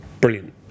brilliant